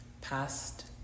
past